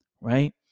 right